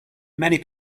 many